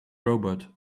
robot